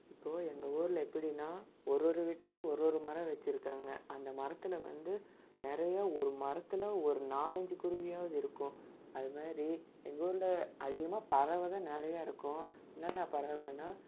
இப்போது எங்கள் ஊரில் எப்படின்னா ஒரு ஒரு வீட்டுக்கு ஒரு ஒரு மரம் வெச்சுருக்காங்க அந்த மரத்தில் வந்து நிறையா ஒரு மரத்தில் ஒரு நாலஞ்சு குருவியாவது இருக்கும் அது மாதிரி எங்கள் ஊரில் அதிகமாக பறவை தான் நிறையா இருக்கும் என்னென்ன பறவைன்னா